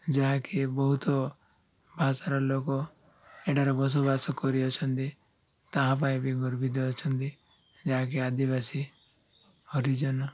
ଯାହାକି ବହୁତ ଭାଷାର ଲୋକ ଏଠାରେ ବସବାସ କରିଅଛନ୍ତି ତାହା ପାଇଁ ବି ଗର୍ବିତ ଅଛନ୍ତି ଯାହାକି ଆଦିବାସୀ ହରିଜନ